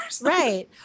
right